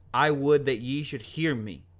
i would that ye should hear me,